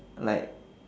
like